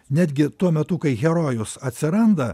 netgi tuo metu kai herojus atsiranda